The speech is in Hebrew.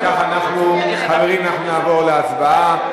אם כך, חברים, אנחנו נעבור להצבעה.